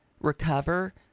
recover